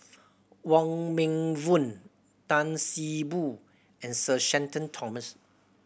Wong Meng Voon Tan See Boo and Sir Shenton Thomas